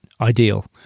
ideal